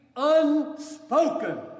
unspoken